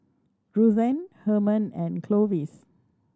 Ruthanne Herman and Clovis